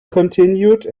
continued